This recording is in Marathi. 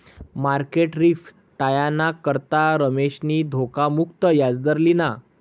मार्केट रिस्क टायाना करता रमेशनी धोखा मुक्त याजदर लिना